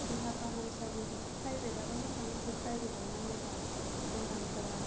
देहा फाहामसालि प्राइभेट आबो मोजां नाथयइ प्राइभेट आव नायोबा बेरामफोरा